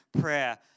prayer